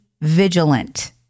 vigilant